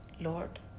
Lord